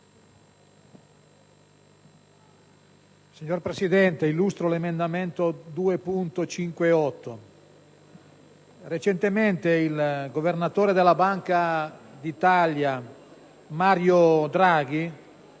Signora Presidente, illustro l'emendamento 2.58. Recentemente il governatore della Banca d'Italia, Mario Draghi,